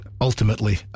ultimately